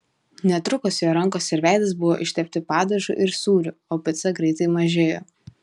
netrukus jo rankos ir veidas buvo ištepti padažu ir sūriu o pica greitai mažėjo